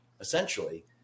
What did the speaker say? essentially